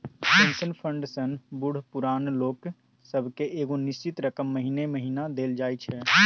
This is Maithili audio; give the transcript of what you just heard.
पेंशन फंड सँ बूढ़ पुरान लोक सब केँ एगो निश्चित रकम महीने महीना देल जाइ छै